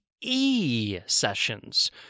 e-sessions